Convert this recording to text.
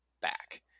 back